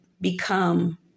become